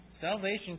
Salvation